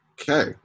Okay